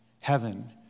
heaven